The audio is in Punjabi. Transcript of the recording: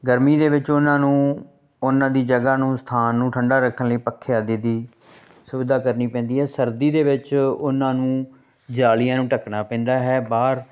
ਗਰਮੀ ਦੇ ਵਿੱਚ ਉਹਨਾਂ ਨੂੰ ਉਹਨਾਂ ਦੀ ਜਗ੍ਹਾ ਨੂੰ ਸਥਾਨ ਨੂੰ ਠੰਡਾ ਰੱਖਣ ਲਈ ਪੱਖੇ ਆਦਿ ਦੀ ਸੁਵਿਧਾ ਕਰਨੀ ਪੈਂਦੀ ਹੈ ਸਰਦੀ ਦੇ ਵਿੱਚ ਉਹਨਾਂ ਨੂੰ ਜਾਲੀਆਂ ਨੂੰ ਢੱਕਣਾ ਪੈਂਦਾ ਹੈ ਬਾਹਰ